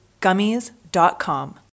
gummies.com